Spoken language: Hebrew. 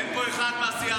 איפה הוא?